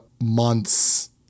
months